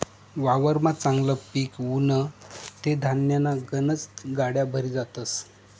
वावरमा चांगलं पिक उनं ते धान्यन्या गनज गाड्या भरी जातस